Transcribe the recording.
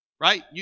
Right